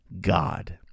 God